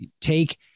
take